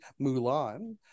Mulan